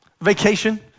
Vacation